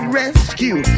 rescue